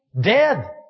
dead